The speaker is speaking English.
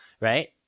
right